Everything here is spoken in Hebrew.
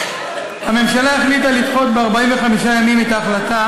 הממשלה החליטה לדחות ב-45 ימים את ההחלטה